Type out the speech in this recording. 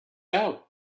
out